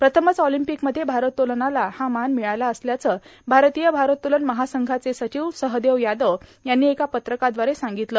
प्रथमच ऑर्लम्पिकमध्ये भारोत्तोलनाला हा मान र्ममळाला असल्याचं भारतीय भारोत्तोलन महासंघाचे र्सांचव सहदेव यादव यांनी एका पत्रकादवारे सांगगतलं